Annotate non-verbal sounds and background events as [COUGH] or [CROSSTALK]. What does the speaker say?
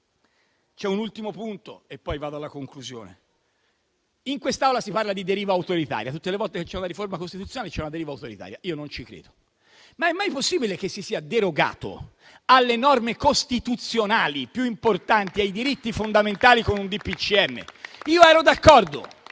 C'è un ultimo punto e poi vado alla conclusione; in quest'Aula si parla di deriva autoritaria. Tutte le volte che c'è una riforma costituzionale c'è una deriva autoritaria. Io non ci credo. È mai possibile che si sia derogato alle norme costituzionali più importanti e ai diritti fondamentali con un DPCM? [APPLAUSE] Io ero d'accordo.